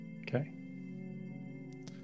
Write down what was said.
Okay